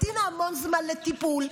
והיא המתינה המון זמן לטיפול.